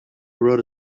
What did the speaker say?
wrote